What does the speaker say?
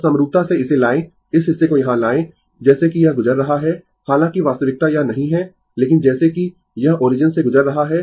बस समरूपता से इसे लाएं इस हिस्से को यहां लाएं जैसे कि यह गुजर रहा है हालांकि वास्तविकता यह नहीं है लेकिन जैसे कि यह ओरिजिन से गुजर रहा है